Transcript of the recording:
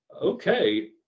okay